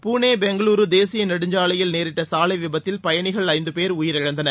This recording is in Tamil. புனே பெங்களூரு தேசிய நெடுஞ்சாலையில் நேரிட்ட சாலை விபத்தில் பயணிகள் ஐந்து பேர் உயிரிழந்தனர்